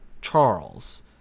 charles